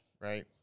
right